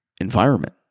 Environment